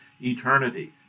eternity